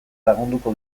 lagunduko